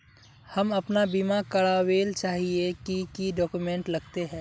हम अपन बीमा करावेल चाहिए की की डक्यूमेंट्स लगते है?